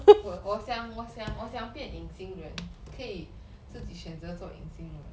我我想我想我想我想变隐形认可以自己选择做隐形人